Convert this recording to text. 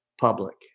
public